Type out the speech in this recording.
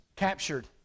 captured